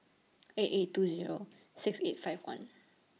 eight eight two Zero six eight five one